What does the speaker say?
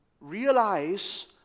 Realize